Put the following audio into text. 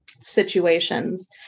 situations